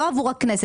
לא עבור הכנסת,